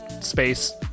space